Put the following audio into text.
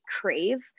crave